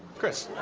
chris.